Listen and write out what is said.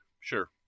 Sure